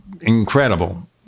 incredible